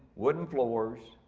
wooden floors,